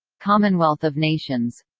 commonwealth of nations